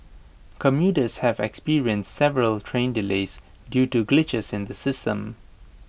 commuters have experienced several train delays due to glitches in the system